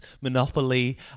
Monopoly